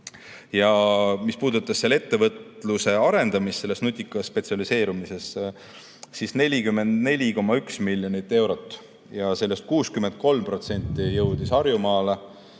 Mis puudutas selle ettevõtluse arendamist selles nutikas spetsialiseerumises, siis oli 44,1 miljonit eurot, sellest 63% jõudis Harjumaale,